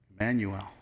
Emmanuel